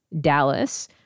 Dallas